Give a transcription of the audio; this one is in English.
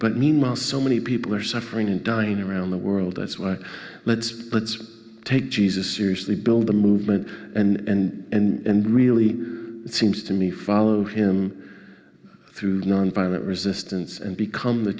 but meanwhile so many people are suffering and dying around the world that's why let's let's take jesus seriously build a movement and and really seems to me follow him through nonviolent resistance and become the